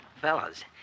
Fellas